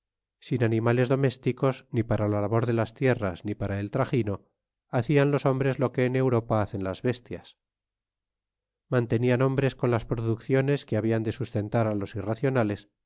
sin animales domésticos ni para la labor de las tierras ni para el tragino hartan los hombres lo que en europa hacen las bestias mantenian hombres con las producciones que habian de sustentará los irracionales